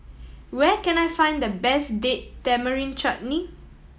where can I find the best Date Tamarind Chutney